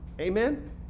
Amen